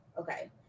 Okay